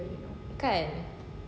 kan